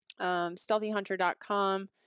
stealthyhunter.com